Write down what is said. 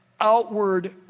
outward